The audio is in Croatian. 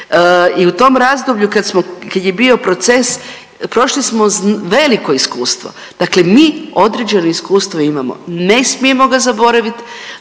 I u tom razdoblju kad smo, kad je bio proces prošli smo veliko iskustvo. Dakle, mi određeno iskustvo imamo, ne smijemo ga zaboraviti,